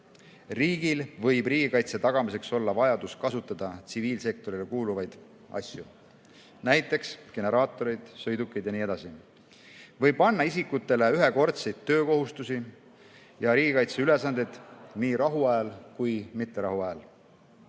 Riigil võib riigikaitse tagamiseks olla vajadus kasutada tsiviilsektorile kuuluvaid asju, näiteks generaatorid, sõidukid jne, või panna isikutele ühekordseid töökohustusi ja riigikaitseülesandeid nii rahuajal kui ka mitterahuajal.